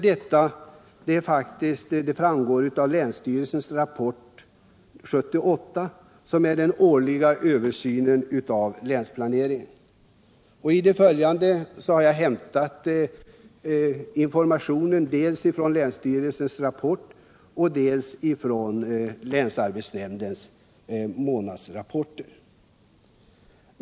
Detta framgår av länsstyrelsens Rapport 78 — den årliga översynen av länsplaneringen. Informationen i det följande har jag hämtat dels från länsstyrelsens Rapport 78, dels från länsarbetsnämndens månadsrapporter.